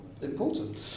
important